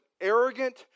arrogant